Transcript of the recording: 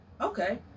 okay